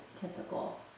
typical